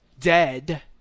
dead